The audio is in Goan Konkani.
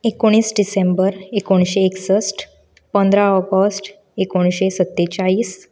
एकोणिस डिसेंबर एकोणिशें एकसश्ट पंदरां ऑगस्ट एकोणिशें सत्तेचाळिस